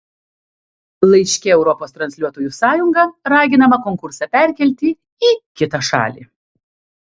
laiške europos transliuotojų sąjunga raginama konkursą perkelti į kitą šalį